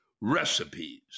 Recipes